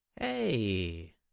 Hey